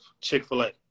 Chick-fil-A